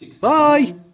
Bye